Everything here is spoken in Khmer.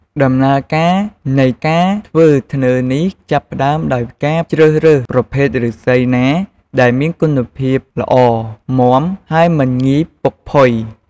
ដំណើរការនៃការធ្វើធ្នើរនេះ ចាប់ផ្តើមដោយការជ្រើសរើសប្រភេទឬស្សីណាដែលមានគុណភាពល្អ មាំ ហើយមិនងាយពុកផុយ។